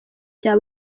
cya